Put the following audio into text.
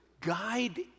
guide